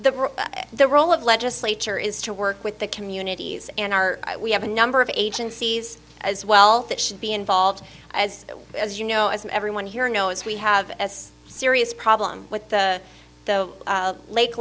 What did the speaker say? the the role of legislature is to work with the communities and our we have a number of agencies as well that should be involved as well as you know as everyone here knows we have serious problem with the the lake